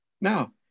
Now